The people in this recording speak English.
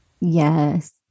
Yes